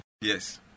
Yes